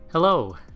Hello